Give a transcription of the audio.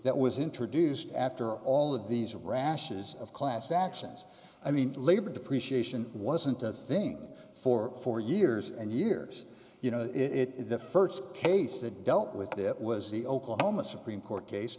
that was introduced after all of these rashes of class actions i mean labor depreciation wasn't a thing for four years and years you know it the st case that dealt with it was the oklahoma supreme court case